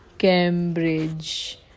Cambridge